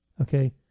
Okay